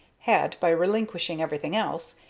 had, by relinquishing everything else,